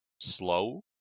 slow